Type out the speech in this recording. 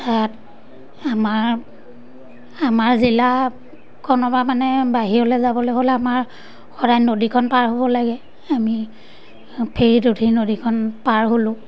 তাত আমাৰ আমাৰ জিলা কোনোবা মানে বাহিৰলৈ যাবলৈ হ'লে আমাৰ সদায় নদীখন পাৰ হ'ব লাগে আমি ফেৰীত উঠি নদীখন পাৰ হ'লোঁ